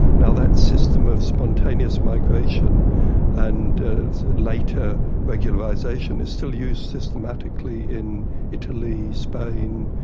now that system of spontaneous migration and later regularisation, is still used systematically in italy, spain,